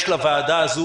יש לוועדה הזו,